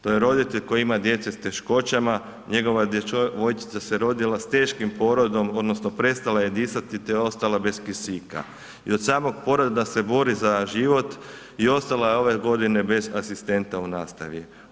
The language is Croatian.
To je roditelj koji ima dijete s teškoćama, njegova djevojčica se rodila s teškim porodom odnosno prestala je disati, te ostala bez kisika i od samog poroda se bori za život i ostala je ove godine bez asistenta u nastavi.